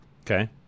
Okay